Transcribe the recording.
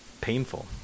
painful